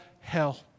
hell